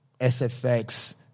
sfx